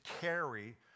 carry